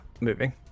moving